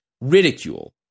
ridicule